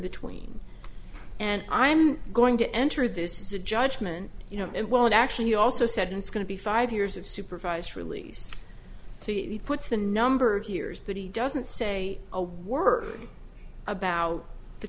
between and i'm going to enter this is a judgment you know and well actually he also said it's going to be five years of supervised release puts the number of hears but he doesn't say a word about the